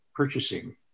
purchasing